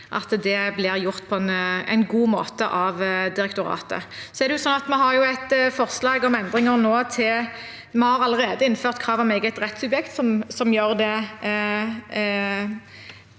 at det blir gjort på en god måte av direktoratet. Vi har nå forslag til endringer. Vi har allerede innført krav om eget rettssubjekt, som gjør det